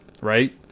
right